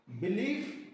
belief